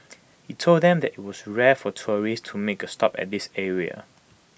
he told them that IT was rare for tourists to make A stop at this area